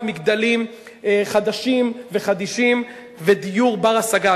מגדלים חדשים וחדישים ודיור בר-השגה.